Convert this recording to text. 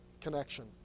connection